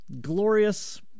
Glorious